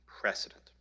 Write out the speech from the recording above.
precedent